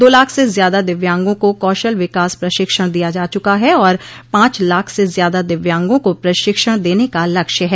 दो लाख से ज्यादा दिव्यांगों को कौशल विकास प्रशिक्षण दिया जा च्रका है और पांच लाख से ज्याादा दिव्यांगों को प्रशिक्षण देने का लक्ष्य है